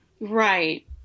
Right